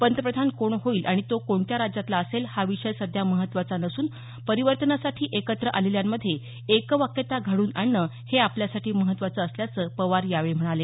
पंतप्रधान कोण होईल आणि तो कोणत्या राज्यातला असेल हा विषय सध्या महत्त्वाचा नसून परिवर्तनासाठी एकत्र आलेल्यांमध्ये एकवाक्यता घडवून आणणं हे आपल्यासाठी महत्त्वाचं असल्याचं पवार यावेळी म्हणाले